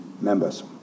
members